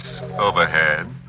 overhead